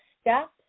step